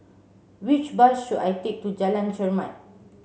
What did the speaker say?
which bus should I take to Jalan Chermat